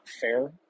fair